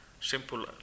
Simple